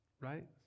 Right